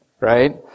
right